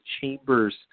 chambers